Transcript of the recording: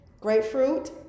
grapefruit